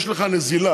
יש לך נזילה,